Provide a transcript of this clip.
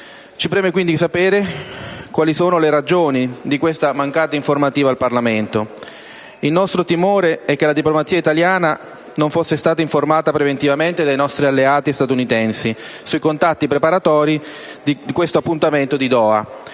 Ci preme quindi sapere quali siano le ragioni di questa mancata informativa al Parlamento. Il nostro timore è che la diplomazia italiana non fosse stata informata preventivamente dai nostri alleati statunitensi sui contatti preparatori di questo appuntamento di Doha.